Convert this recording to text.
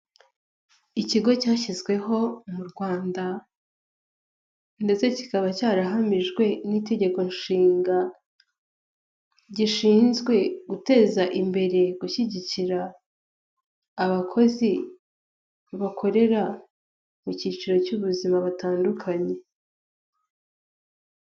Ikigo cyashyizweho mu Rwanda ndetse kikaba cyarahamijwe n'itegeko nshinga gishinzwe guteza imbere, gushyigikira abakozi bakorera mu cyiciro cy'ubuzima butandukanye.